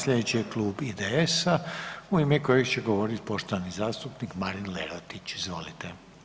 Slijedeći je Klub IDS-a u ime kojeg će govorit poštovani zastupnik Marin Lerotić, izvolite.